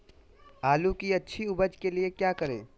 आलू की अच्छी उपज के लिए क्या करें?